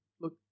Look